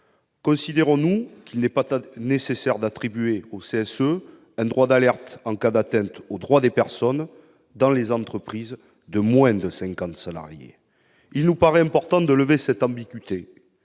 considérez-vous qu'il n'est pas nécessaire d'attribuer au CSE un droit d'alerte en cas d'atteinte aux droits des personnes dans les entreprises de moins de 50 salariés ? Il nous paraît important de lever cette ambiguïté